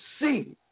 see